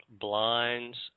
blinds